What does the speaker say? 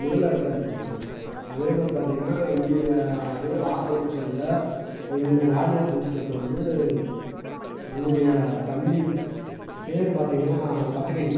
முதல் இடத்த பிடிச்சிருக்கோம் அதே மாதிரி பார்த்தீங்கனா எங்களுடைய அதே வாகக்குளத்தை சேர்ந்த எங்களுடைய நார்னியா ஃப்ரெண்ட்ஸ் க்ளப்பில் வந்து என்னுடைய தம்பி பேர் பார்த்தீங்கனா பட்டுக்கிளி